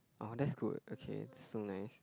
oh that's good okay that's so nice